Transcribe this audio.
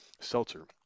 seltzer